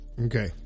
okay